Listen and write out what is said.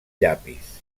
llapis